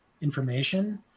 information